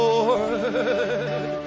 Lord